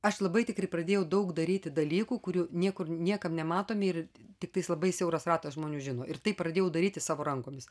aš labai tikrai pradėjau daug daryti dalykų kurių niekur niekam nematomi ir tiktais labai siauras ratas žmonių žino ir taip pradėjau daryti savo rankomis